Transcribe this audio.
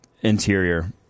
interior